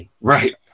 Right